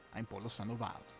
i'm polo sandoval.